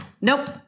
Nope